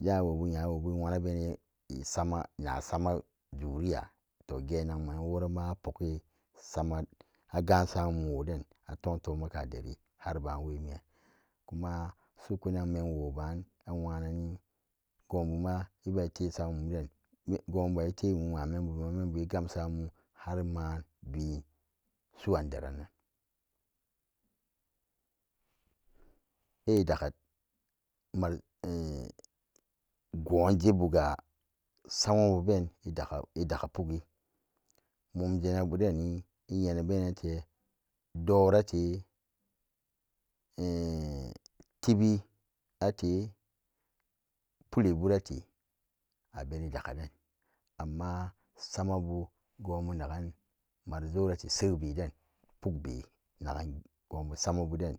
Nyawbu nyawobu inwana re isama zureya to gen nagan worama arukgi agan samamun woden a ton tonnaga deri har bawe miyan kuma sokunak men woban anwananni gen buma ibaye le samamam den ibaye te inwa membum igam sama mum har manben suran derannan a dakka mal engonjebuga sameben idakka idakka pukgi mumjene deni iyenen bemanan te entivi ate poli burak abenan dakka den amma samabu gunbu na gan mejorriti nagan san abuden